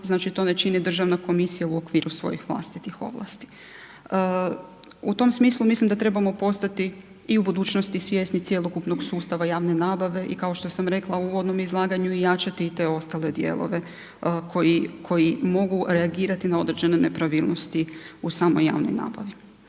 znači to ne čini državna komisija u okviru svojih vlastitih ovlasti. U tom smislu mislim da trebamo postati i u budućnosti svjesni cjelokupnog sustava javne nabave i kao što sam rekla u uvodnom izlaganju i jačati i te ostale dijelove koji mogu reagirati na određene nepravilnosti u samoj javnoj nabavi.